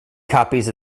copies